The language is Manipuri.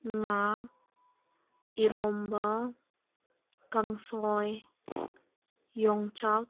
ꯉꯥ ꯏꯔꯣꯟꯕ ꯀꯥꯡꯁꯣꯏ ꯌꯣꯡꯆꯥꯛ